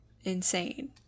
insane